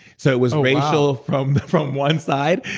so it was racial from from one side,